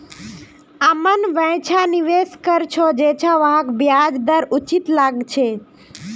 अमन वैछा निवेश कर छ जैछा वहाक ब्याज दर उचित लागछे